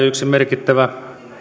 yksi merkittävä